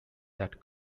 that